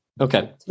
Okay